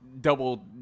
double